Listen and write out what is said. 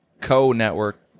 co-network